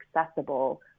accessible